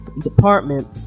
department